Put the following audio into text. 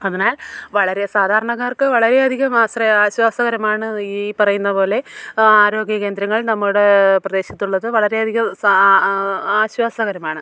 അതിനാൽ വളരെ സാധാരണക്കാർക്ക് വളരെയധികം ആശ്രയ ആശ്വാസകരമാണ് ഈ പറയുന്ന പോലെ ആരോഗ്യ കേന്ദ്രങ്ങൾ നമ്മുടെ പ്രദേശത്തുള്ളത് വളരെയധികം ആശ്വാസകരമാണ്